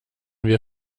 wir